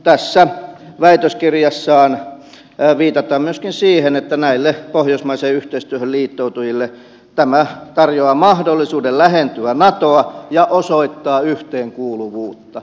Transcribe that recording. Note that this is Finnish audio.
tässä väitöskirjassa viitataan myöskin siihen että näille pohjoismaiseen yhteistyöhön liittoutujille tämä tarjoaa mahdollisuuden lähentyä natoa ja osoittaa yhteenkuuluvuutta